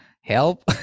help